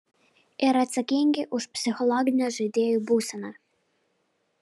ir atsakingi už psichologinę žaidėjų būseną